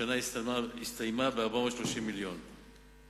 השנה הסתיימה ב-430 מיליון ש"ח.